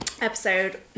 Episode